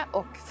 och